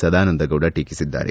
ಸದಾನಂದಗೌಡ ಟೀಕಿಸಿದ್ದಾರೆ